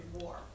war